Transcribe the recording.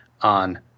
on